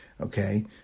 okay